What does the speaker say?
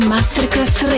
Masterclass